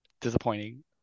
disappointing